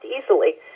easily